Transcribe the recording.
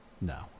no